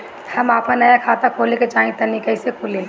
हम आपन नया खाता खोले के चाह तानि कइसे खुलि?